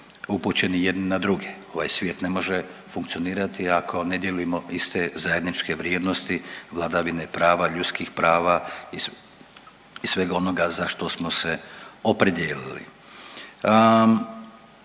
upućeni jedni na druge. Ovaj svijet ne može funkcionirati ako ne dijelimo iste zajedničke vrijednosti vladavine prava, ljudskih prava i svega onoga za što smo se opredijelili.